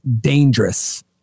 dangerous